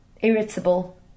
irritable